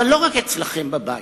אבל לא רק אצלכם בבית.